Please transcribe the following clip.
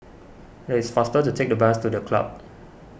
it is faster to take the bus to the Club